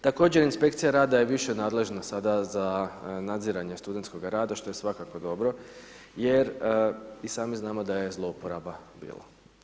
Također, inspekcija rada je više nadležna sada za nadziranje studentskoga rada, što je svakako dobro jer i sami znamo da je zlouporaba bilo.